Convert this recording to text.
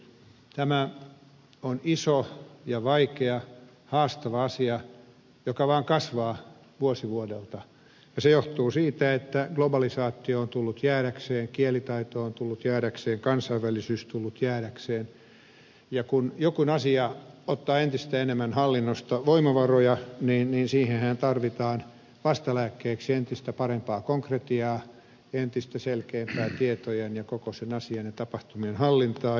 tämä on iso ja vaikea haastava asia joka vaan kasvaa vuosi vuodelta ja se johtuu siitä että globalisaatio on tullut jäädäkseen kielitaito on tullut jäädäkseen kansainvälisyys tullut jäädäkseen ja kun jokin asia ottaa entistä enemmän hallinnosta voimavaroja niin siihenhän tarvitaan vastalääkkeeksi entistä parempaa konkretiaa entistä selkeämpää tietojen ja koko sen asian ja tapahtumien hallintaa